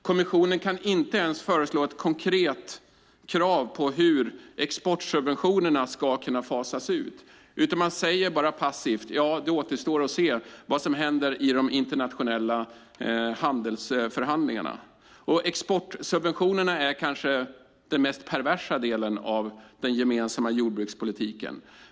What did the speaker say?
Kommissionen kan inte ens föreslå ett konkret krav på hur exportsubventionerna ska kunna fasas ut, utan man säger bara passivt att det återstår att se vad som händer i de internationella handelsförhandlingarna. Exportsubventionerna är kanske den mest perversa delen av den gemensamma jordbrukspolitiken.